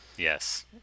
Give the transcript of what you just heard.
Yes